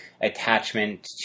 attachment